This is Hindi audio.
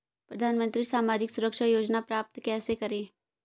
प्रधानमंत्री सामाजिक सुरक्षा योजना प्राप्त कैसे करें?